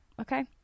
Okay